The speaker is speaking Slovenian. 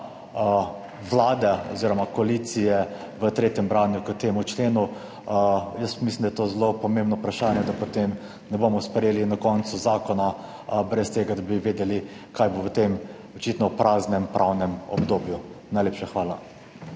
Vlade oziroma koalicije v tretjem branju k temu členu? Jaz mislim, da je to zelo pomembno vprašanje, da potem ne bomo sprejeli na koncu zakona brez tega, da bi vedeli, kaj bo v tem, očitno, praznem pravnem obdobju. Najlepša hvala.